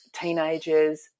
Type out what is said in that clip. teenagers